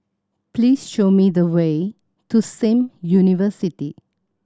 please show me the way to Sim University